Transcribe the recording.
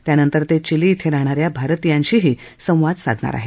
त्यांनंतर ते चिली इथं राहणा या भारतीयांशीही संवाद साधणार आहेत